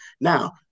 Now